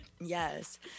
Yes